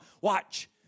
Watch